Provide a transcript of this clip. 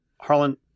Harlan